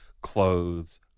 clothes